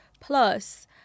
Plus